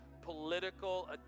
Political